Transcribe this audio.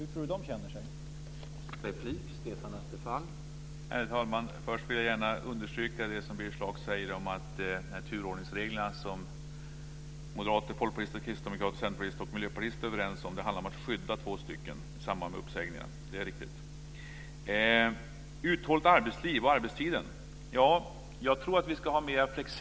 Hur tror du att de människorna känner sig?